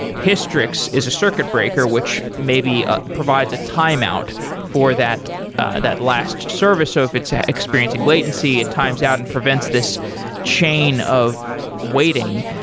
hystrix is a circuit breaker, which maybe provides a timeout for that that last service of its ah experiencing latency, it times out and prevents this chain of waiting,